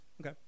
Okay